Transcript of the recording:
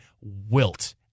wilt